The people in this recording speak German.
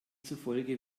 zufolge